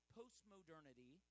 postmodernity